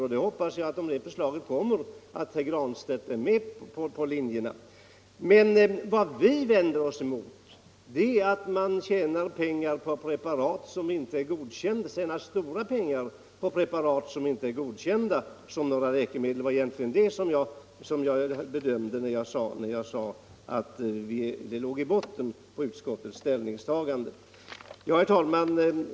Om det förslaget framställs hoppas jag att herr Granstedt är med på noterna. Vad vi vänder oss emot är att man tjänar stora pengar på preparat som inte är godkända som läkemedel. Det var det jag menade när jag talade om vad som låg i botten på utskottets ställningstagande. Herr talman!